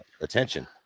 attention